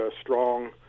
strong